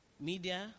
media